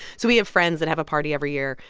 so we have friends that have a party every year,